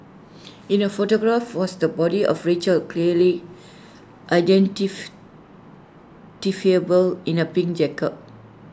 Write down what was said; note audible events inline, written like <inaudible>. in the photograph was the body of Rachel clearly <unintelligible> in A pink jacket